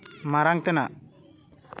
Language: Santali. ᱢᱟᱨᱟᱝ ᱛᱮᱱᱟᱜ